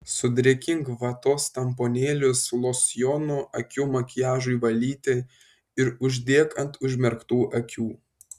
sudrėkink vatos tamponėlius losjonu akių makiažui valyti ir uždėk ant užmerktų akių